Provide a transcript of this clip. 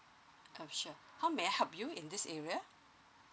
uh sure how may I help you in this area